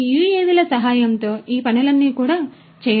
ఈ యుఎవిల సహాయంతో ఈ పనులన్నీ కూడా చేయవచ్చు